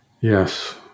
yes